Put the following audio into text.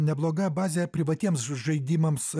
nebloga bazė privatiems žaidimams